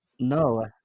no